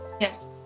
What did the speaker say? Yes